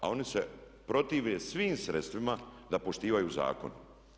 A oni se protive svim sredstvima da poštivaju zakon.